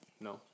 no